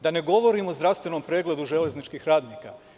Da ne govorim o zdravstvenom pregledu železničkih radnika.